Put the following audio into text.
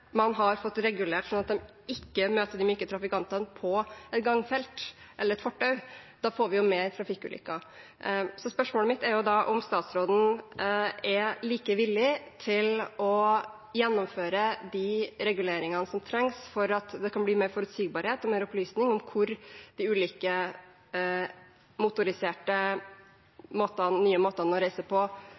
man har fått regulert det, slik at de møter de myke trafikantene på gangfelt eller fortau, får vi flere trafikkulykker. Spørsmålet mitt er da om statsråden er villig til å gjennomføre de reguleringene som trengs for at det skal bli mer forutsigbarhet og mer opplysning om hvor de ulike motoriserte, nye måtene å reise på